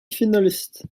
finalists